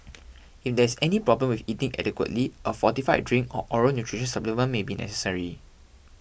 if there is any problem with eating adequately a fortified drink or oral nutrition supplement may be necessary